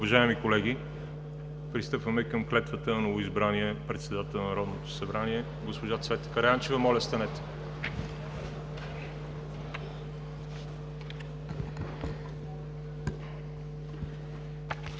Уважаеми колеги, пристъпваме към клетвата на новоизбрания председател на Народното събрание госпожа Цвета Караянчева. (Всички стават.)